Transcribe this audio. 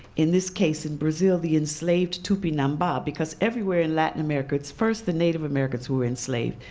in this case in brazil, the enslaved tupinamba. because everywhere in latin america, it's first the native americans who were enslaved.